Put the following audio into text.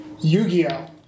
Yu-Gi-Oh